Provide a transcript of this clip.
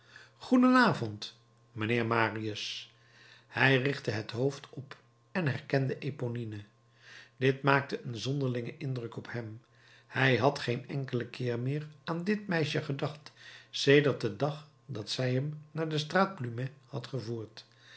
avond mijnheer marius hij richtte het hoofd op en herkende eponine dit maakte een zonderlingen indruk op hem hij had geen enkelen keer meer aan dit meisje gedacht sedert den dag dat zij hem naar de straat plumet had gevoerd